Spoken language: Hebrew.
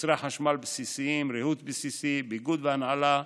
מוצרי חשמל בסיסיים, ריהוט בסיסי, ביגוד והנעלה,